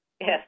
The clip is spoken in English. Yes